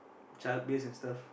child based and stuff